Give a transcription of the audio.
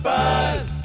Buzz